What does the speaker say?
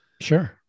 Sure